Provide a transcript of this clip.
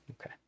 Okay